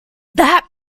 that